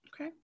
Okay